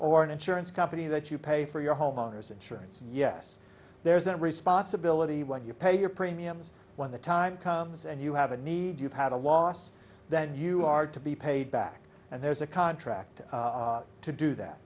or an insurance company that you pay for your homeowner's insurance and yes there is that responsibility when you pay your premiums when the time comes and you have a need you've had a loss then you are to be paid back and there's a contract to do that